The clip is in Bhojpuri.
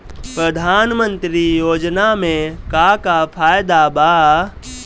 प्रधानमंत्री योजना मे का का फायदा बा?